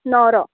नवरो